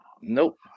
Nope